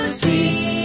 see